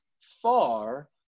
far